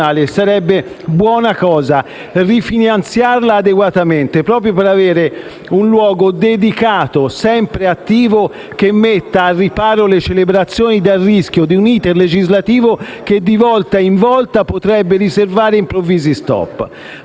sarebbe buona cosa rifinanziare adeguatamente proprio per avere un luogo dedicato e sempre attivo che metta al riparo le celebrazioni dal rischio di un *iter* legislativo che, di volta in volta, potrebbe riservare improvvisi *stop*,